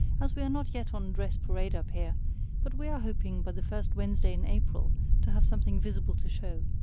as we are not yet on dress parade up here but we are hoping by the first wednesday in april to have something visible to show.